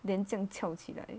then 这样翘起来